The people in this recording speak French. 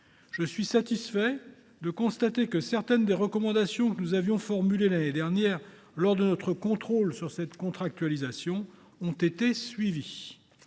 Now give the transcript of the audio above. Je suis satisfait de constater que certaines des recommandations que nous avions formulées l’année dernière, lors de notre contrôle de cette contractualisation, ont été suivies.